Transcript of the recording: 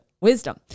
wisdom